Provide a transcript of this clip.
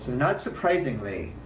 not surprisingly,